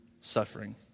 suffering